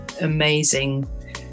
amazing